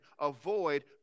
avoid